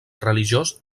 religiós